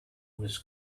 was